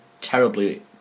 terribly